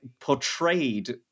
portrayed